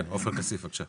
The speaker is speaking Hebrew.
עופר כסיף, בבקשה.